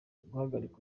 guhagarika